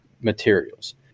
materials